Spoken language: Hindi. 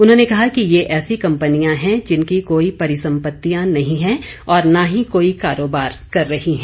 उन्होंने कहा कि ये ऐसी कम्पनियां हैं जिनकी कोई परिसम्पतियां नहीं हैं और न ही कोई कारोबार कर रही हैं